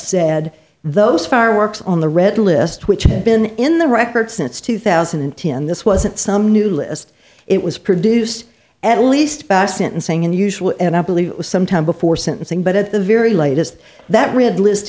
said those fireworks on the red list which had been in the record since two thousand and ten this wasn't some new list it was produced at least bastien saying unusual and i believe it was sometime before sentencing but at the very latest that red list